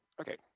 Okay